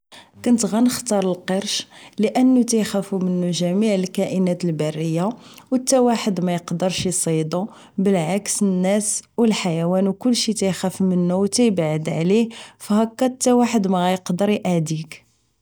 كنت غنختار القرش لانه تيخافو منه جميع الكائنات البحرية و تواحد ميقدرش اسيدو بالعكس الناس و الحيوان و كلشي تيخاف منه و تيبعد عليه و هكا تواحد مغيقدر إأديك